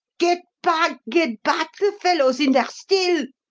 get back! get back! the fellow's in there still!